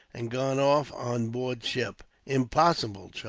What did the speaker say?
and gone off on board ship! impossible!